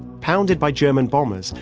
pounded by german bombers,